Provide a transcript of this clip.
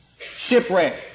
shipwreck